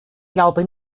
glaube